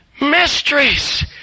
Mysteries